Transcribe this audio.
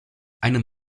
einem